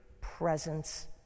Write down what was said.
presence